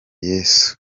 yesu